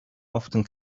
often